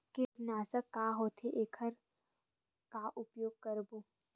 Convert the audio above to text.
कीटनाशक का होथे एखर का उपयोग करबो?